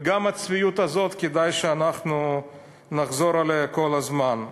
גם הצביעות הזאת, כדאי שאנחנו נחזור עליה כל הזמן.